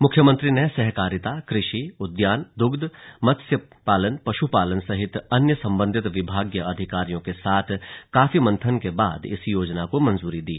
मुख्यमंत्री ने सहकारिता कृषि उद्यान द्रग्ध मत्स्य पश्पालन सहित अन्य संबंधित विभागीय अधिकारियों के साथ काफी मंथन के बाद इस योजना को मंजूरी दी